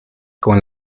con